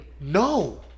No